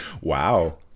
Wow